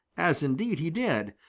as indeed he did,